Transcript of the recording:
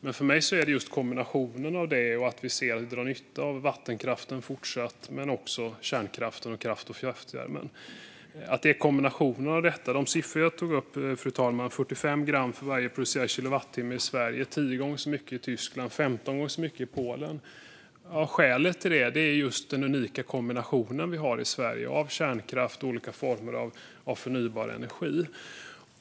Men för mig handlar det just om kombinationen och att vi fortsatt drar nytta av vattenkraften men också av kärnkraften och kraftvärmen. Fru talman! Jag tog upp ett antal siffror: 45 gram koldioxid för varje producerad kilowattimme i Sverige - 10 gånger så mycket i Tyskland och 15 gånger så mycket i Polen. Skälet till det är just den unika kombinationen som vi har i Sverige av kärnkraft och olika former av förnybar energi.